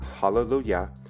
hallelujah